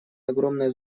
огромное